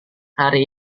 hari